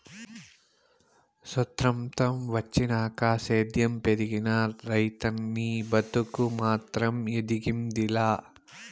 సొత్రంతం వచ్చినాక సేద్యం పెరిగినా, రైతనీ బతుకు మాత్రం ఎదిగింది లా